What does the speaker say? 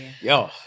yo